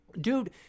Dude